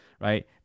right